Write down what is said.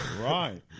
Right